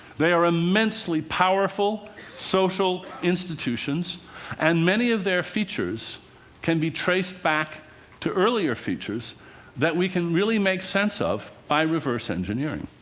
they are immensely powerful social institutions and many of their features can be traced back to earlier features that we can really make sense of by reverse engineering.